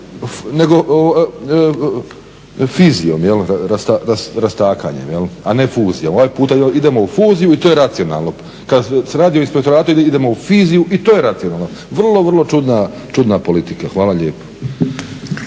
nego fizijom, rastakanjem je li a ne fuzijom, ovaj puta idemo u fuziju i to je racionalno. Kada se radi o Inspektoratu idemo u fiziju i to je racionalno, vrlo, vrlo čudna politika. Hvala lijepo.